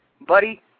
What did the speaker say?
Buddy